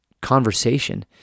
conversation